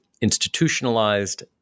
institutionalized